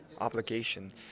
obligation